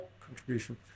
contribution